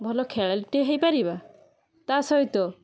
ଭଲ ଖେଳାଳିଟିଏ ହେଇପାରିବା ତା ସହିତ